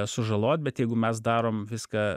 sužalot bet jeigu mes darom viską